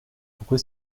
pourquoi